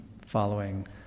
following